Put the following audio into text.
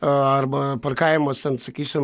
arba parkavimas ten sakysim